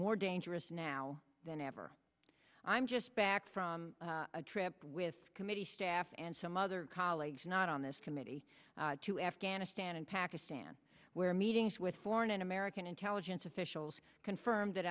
more dangerous now than ever i'm just back from a trip with committee staff and some other colleagues not on this committee to afghanistan and pakistan where meetings with foreign american intelligence officials confirm that